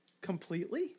Completely